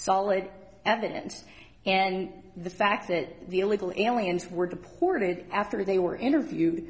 solid evidence and the fact that the illegal aliens were deported after they were interviewed